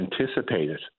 anticipated